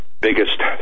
biggest